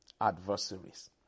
adversaries